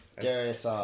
Darius